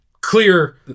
clear